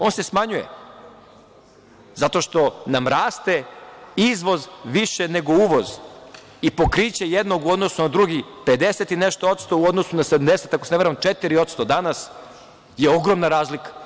On se smanjuje zato što nam raste izvoz više nego uvoz, i pokriće jednog u odnosu na drugi 50 i nešto odsto, u odnosu na 74%, danas, ako se ne varam, je ogromna razlika.